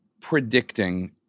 predicting